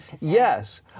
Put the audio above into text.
Yes